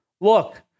Look